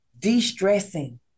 de-stressing